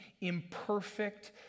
imperfect